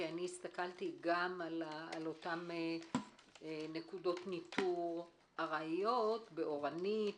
כי הסתכלתי גם על אותן נקודות ניטור ארעיות באורנית,